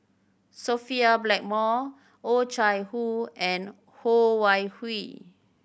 Sophia Blackmore Oh Chai Hoo and Ho Wan Hui